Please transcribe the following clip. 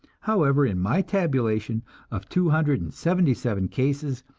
however, in my tabulation of two hundred and seventy seven cases,